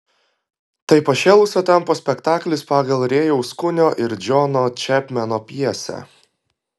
tai pašėlusio tempo spektaklis pagal rėjaus kunio ir džono čepmeno pjesę